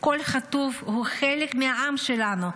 כל חטוף הוא חלק מהעם שלנו.